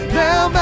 now